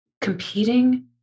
competing